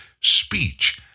speech